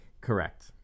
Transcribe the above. correct